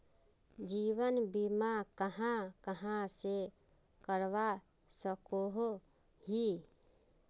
जीवन बीमा कहाँ कहाँ से करवा सकोहो ही?